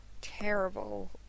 terrible